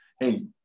hey